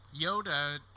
Yoda